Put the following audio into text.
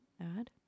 add